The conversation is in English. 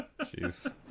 Jeez